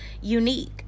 unique